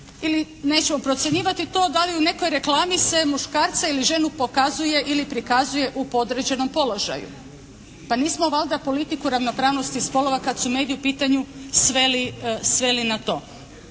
ili nećemo procjenjivati to da li u nekoj reklami se muškarca ili ženu pokazuje ili prikazuje u podređenom položaju. Pa nismo valjda politiku ravnopravnosti spolova kad su mediji u pitanju sveli na to.